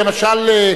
למשל,